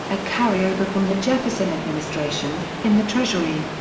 a carry over from the jefferson administration, in the treasury.